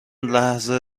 لحظه